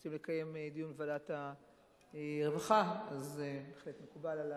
רוצים לקיים דיון בוועדת הרווחה, בהחלט מקובל עלי.